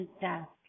desk